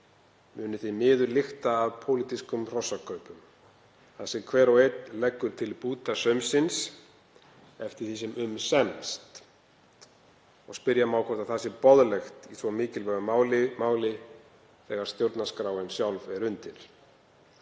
muni því miður lykta af pólitískum hrossakaupum þar sem hver og einn leggur til bútasaumsins eftir því sem um semst. Spyrja má hvort það sé boðlegt í svo mikilvægu máli þegar stjórnarskráin sjálf er undir.